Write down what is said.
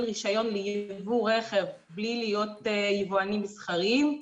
רישיון לייבוא רכב בלי להיות יבואנים מסחריים.